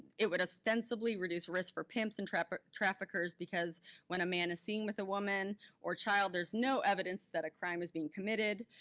it would ostensibly reduce risk for pimps and traffickers traffickers because when a man is seen with a woman or child, there's no evidence that a crime is being committed.